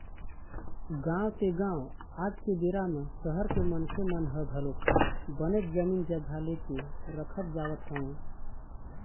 गाँव ते गाँव आज के बेरा म सहर के मनखे मन ह घलोक बनेच जमीन जघा ले के रखत जावत हवय